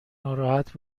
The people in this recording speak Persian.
ناراحت